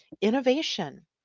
Innovation